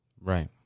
Right